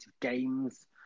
games